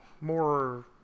more